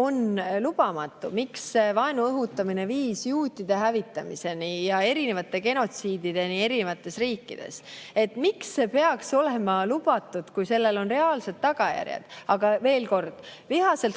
on lubamatu, miks vaenu õhutamine viis juutide hävitamiseni ja on viinud erinevate genotsiidideni erinevates riikides. Miks see peaks olema lubatud, kui sellel on reaalsed tagajärjed? Aga veel kord: vihaselt